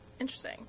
interesting